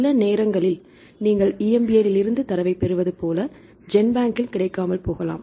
சில நேரங்களில் நீங்கள் EMBL இலிருந்து தரவைப் பெறுவது போல ஜென்பேங்கில் கிடைக்காமல் போகலாம்